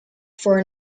for